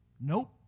Nope